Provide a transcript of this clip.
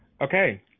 Okay